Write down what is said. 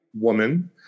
woman